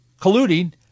colluding